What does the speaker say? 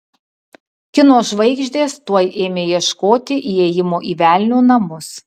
kino žvaigždės tuoj ėmė ieškoti įėjimo į velnio namus